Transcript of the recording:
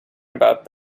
about